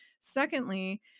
Secondly